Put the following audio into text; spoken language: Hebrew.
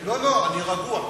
לא, לא, אני רגוע.